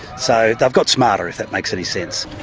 so they've got smarter, if that makes any sense.